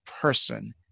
person